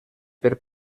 per